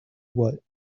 what